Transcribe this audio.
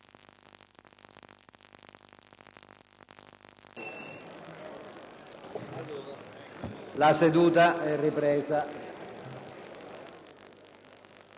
La seduta è ripresa.